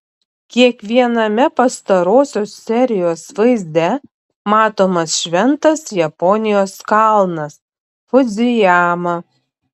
kiekviename pastarosios serijos vaizde matomas šventas japonijos kalnas fudzijama